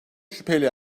şüpheyle